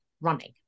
running